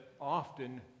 often